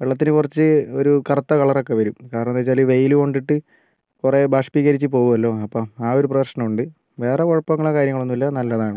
വെള്ളത്തിന് കുറച്ച് ഒരു കറുത്ത കളറൊക്കെ വരും കാരണമെന്താ വച്ചാൽ വെയിൽ കൊണ്ടിട്ട് കുറേ ബാഷ്പീകരിച്ച് പോകുമല്ലോ അപ്പോൾ ആ ഒരു പ്രശ്ന മുണ്ട് വേറെ കുഴപ്പങ്ങളോ കാര്യങ്ങളോ ഒന്നുമില്ല നല്ലതാണ്